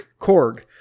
Korg